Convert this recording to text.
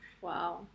Wow